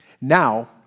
now